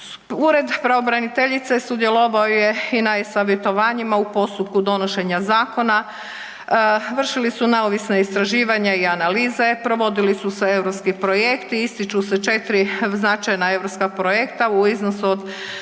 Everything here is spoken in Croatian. Ured pravobraniteljice sudjelovao je i na e-savjetovanjima u postupku donošenja zakona, vršili su neovisna istraživanja i analize, provodili su se europski projekti, ističu se 4 značajna europska projekta u iznosu od